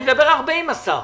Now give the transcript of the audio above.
אני מדבר הרבה עם השר.